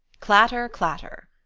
clatter, clatter!